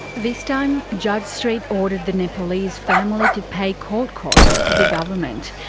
this time, judge street ordered the nepalese family to pay court costs for the government,